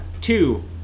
Two